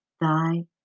thy